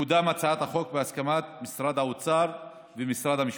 תקודם הצעת החוק בהסכמת משרד האוצר ומשרד המשפטים.